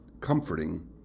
comforting